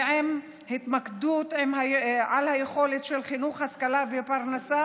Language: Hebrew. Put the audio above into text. עם התמקדות ביכולת של חינוך, השכלה ופרנסה,